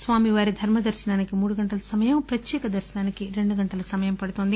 స్వామివారి ధర్మదర్శనానికి మూడు గంటల సమయం ప్రత్యేక దర్శనానికి రెండు గంటల సమయం పడుతోంది